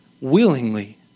willingly